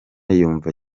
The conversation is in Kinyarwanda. yumva